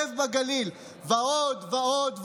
לב בגליל ועוד ועוד ועוד.